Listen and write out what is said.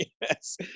Yes